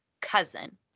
cousin